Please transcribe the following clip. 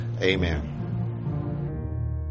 Amen